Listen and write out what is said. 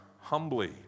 humbly